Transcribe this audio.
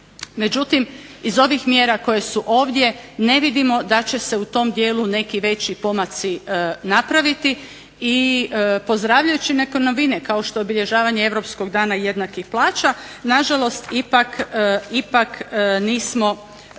Međutim, iz ovih mjera koje su ovdje ne vidimo da će se u tom dijelu neki veći pomaci napraviti i pozdravljajući neke novine, kao što je obilježavanje Europskog dana jednakih plaća, nažalost ipak nismo